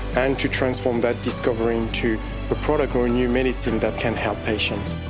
and to transform that discovery into a product or a new medicine that can help patients.